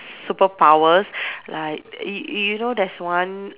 superpowers like you you you know there's one